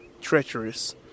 treacherous